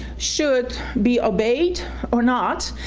should be obeyed or not,